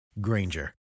Granger